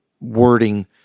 wording